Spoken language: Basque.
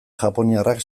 japoniarrak